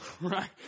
Right